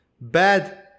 bad